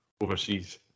overseas